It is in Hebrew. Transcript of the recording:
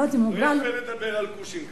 לא יפה לדבר על כושים ככה.